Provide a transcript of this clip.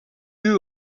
eut